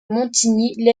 montigny